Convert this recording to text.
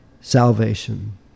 salvation